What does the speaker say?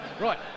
Right